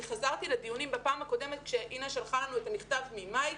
אני חזרתי לדיונים בפעם הקודמת שאינה שלחה לנו את המכתב ממאי,